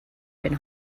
been